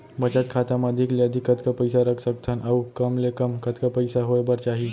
बचत खाता मा अधिक ले अधिक कतका पइसा रख सकथन अऊ कम ले कम कतका पइसा होय बर चाही?